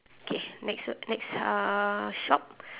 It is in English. okay next what next uhh shop